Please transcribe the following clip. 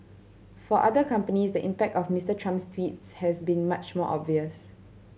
for other companies the impact of Mister Trump's tweets has been much more obvious